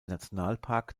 nationalpark